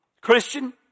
Christian